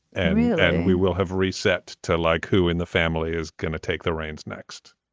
and then we will have reset to like who in the family is going to take the reigns next.